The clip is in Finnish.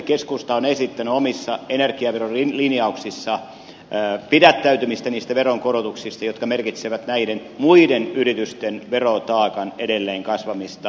tästä syystä keskusta on esittänyt omissa energiaverolinjauksissaan pidättäytymistä niistä veronkorotuksista jotka merkitsevät näiden muiden yritysten verotaakan edelleen kasvamista